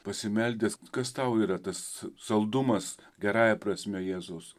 pasimeldęs kas tau yra tas saldumas gerąja prasme jėzus